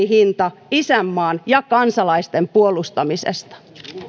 hinta isänmaan ja kansalaisten puolustamisesta